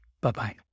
Bye-bye